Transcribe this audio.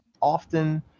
often